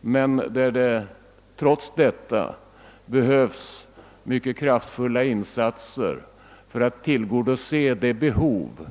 men det behövs ändå kraftfulla insatser för att tillgodose behovet.